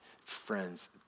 friends